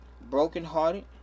brokenhearted